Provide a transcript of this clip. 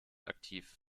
aktiv